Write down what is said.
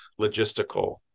logistical